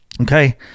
okay